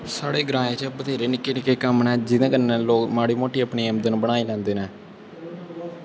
साढ़े ग्रांऐं च बथ्हेरे बथ्हेरे कम्म न जेह्दे कन्नै लोग अपनी माड़ी मुट्टी आमदनी बनाई लैंदे न